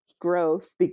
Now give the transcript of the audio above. growth